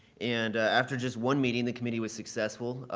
and after just one meeting, the committee was successful.